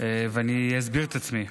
ואני אסביר את עצמי.